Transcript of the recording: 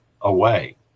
away